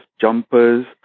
jumpers